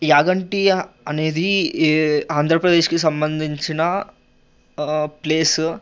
యాగంటి అనేది ఈ ఆంధ్రప్రదేశ్కి సంబంధించిన ప్లేసు